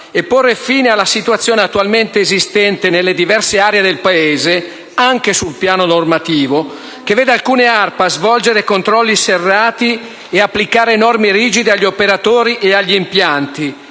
e porre fine alla situazione attualmente esistente nelle diverse aree del Paese, anche sul piano normativo, che vede alcune ARPA svolgere controlli serrati e applicare norme rigide agli operatori e agli impianti